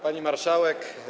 Pani Marszałek!